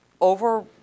over